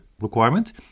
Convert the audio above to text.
requirement